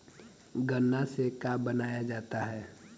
गान्ना से का बनाया जाता है?